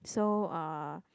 so uh